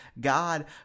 God